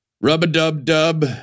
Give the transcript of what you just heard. Rub-a-dub-dub